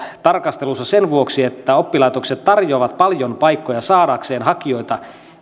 tarkastelussa sen vuoksi että oppilaitokset tarjoavat paljon paikkoja saadakseen hakijoita